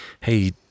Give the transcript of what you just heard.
hey